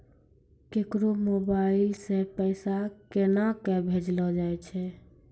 केकरो मोबाइल सऽ पैसा केनक भेजलो जाय छै?